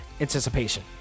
anticipation